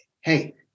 Hey